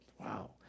Wow